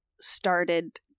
started